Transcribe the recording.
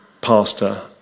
pastor